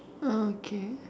oh okay